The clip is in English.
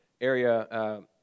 area